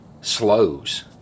slows